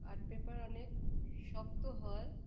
art paper অনেক শক্ত হয়